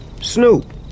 Snoop